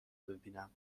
ببینم